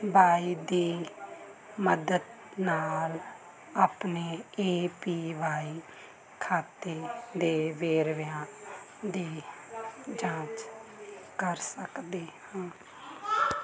ਬਾਈ ਦੀ ਮਦਦ ਨਾਲ ਆਪਣੇ ਏ ਪੀ ਵਾਈ ਖਾਤੇ ਦੇ ਵੇਰਵਿਆਂ ਦੀ ਜਾਂਚ ਕਰ ਸਕਦੇ ਹੋ